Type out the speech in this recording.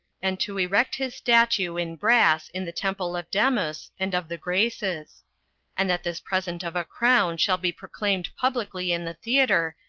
and to erect his statue in brass in the temple of demus and of the graces and that this present of a crown shall be proclaimed publicly in the theater,